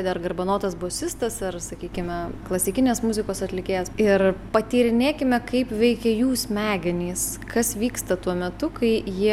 dar garbanotas bosistas ar sakykime klasikinės muzikos atlikėjas ir patyrinėkime kaip veikia jų smegenys kas vyksta tuo metu kai jie